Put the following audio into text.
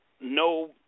no